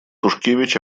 тушкевич